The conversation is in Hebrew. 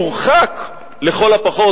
יורחק לכל הפחות,